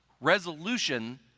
resolution